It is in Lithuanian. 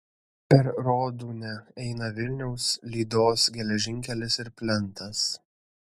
per rodūnią eina vilniaus lydos geležinkelis ir plentas